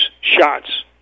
shots